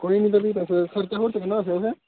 कोई नी फ्ही ते तुस खर्चा खुर्चा नेईं ना दस्सेआ तुसें